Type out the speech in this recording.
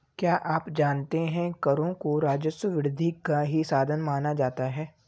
क्या आप जानते है करों को राजस्व वृद्धि का ही साधन माना जाता है?